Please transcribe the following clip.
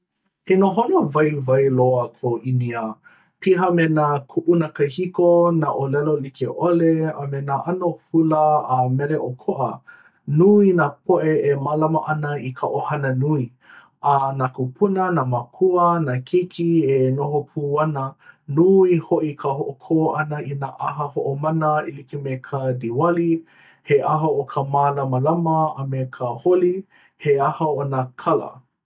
he nohona waiwai loa ko ʻĪnia piha me nā kuʻuna kahiko, nā ʻōlelo like ʻole a me nā ʻano hula a mele ʻokoʻa nui nā poʻe e mālama ana i ka ʻohana nui. a nā kūpuna nā mākua, nā keiki e noho pū ana nui hoʻi ka hoʻokō ʻana i nā ʻaha hoʻomana e like me ka Diwali he ʻaha o ka mālamalama, a me ka Holi, he ʻaha o nā kala